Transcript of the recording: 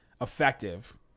effective